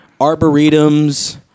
Arboretums